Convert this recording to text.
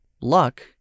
Luck